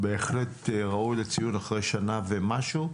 בהחלט ראוי לציון אחרי שנה ומשהו.